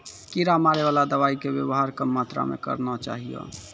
कीड़ा मारैवाला दवाइ के वेवहार कम मात्रा मे करना चाहियो